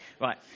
Right